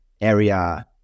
area